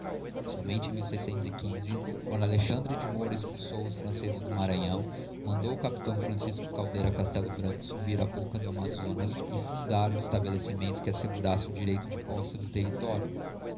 era a quando alexandre de moura expulsou os francezes do maranhão mandou o capitão francisco caldeira castello branco subir a bocca do amazonas e fundar um estabelecimento que assegurasse o direito de posse do território